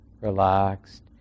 relaxed